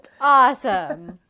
awesome